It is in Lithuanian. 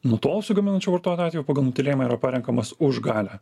nutolusių gaminančių vartotojų atveju pagal nutylėjimą yra parenkamas už galią